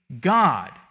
God